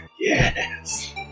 Yes